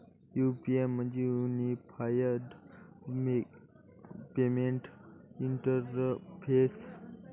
UPI म्हणजे unified payment interface